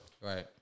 Right